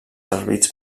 servits